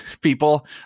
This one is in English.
people